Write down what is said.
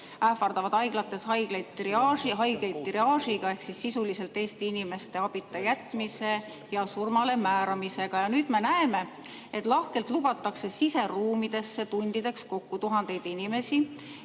ähvardavad haiglates haigeid triaažiga ehk sisuliselt Eesti inimeste abita jätmise ja surmale määramisega. Ja nüüd me näeme, et lahkelt lubatakse siseruumidesse tundideks kokku tuhandeid